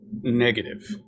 negative